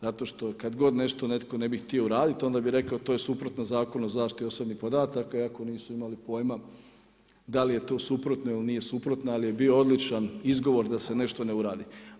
Zato što, kad god nešto netko ne bi htio uraditi, onda bi rekao to je suprotno Zakonu o zaštiti osobnih podataka, iako nisu imali pojma, da li je to suprotno ili nije suprotno, ali je bio odličan izgovor da se nešto ne uradi.